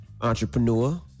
entrepreneur